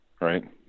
right